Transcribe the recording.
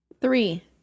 Three